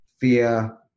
fear